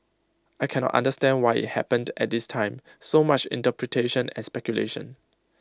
I cannot understand why IT happened at this time so much interpretation and speculation